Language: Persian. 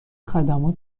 خدمات